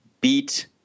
beat